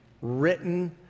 written